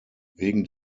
wegen